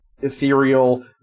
ethereal